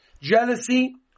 jealousy